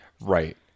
right